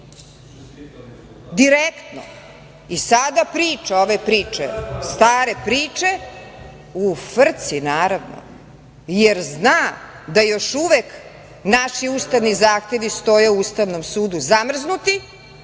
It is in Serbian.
direktno. Sada priča ove priče, stare priče, u frci, naravno, jer zna da još uvek naši ustavni zahtevi stoje u Ustavnom sudu zamrznuti